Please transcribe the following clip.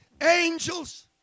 angels